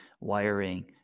wiring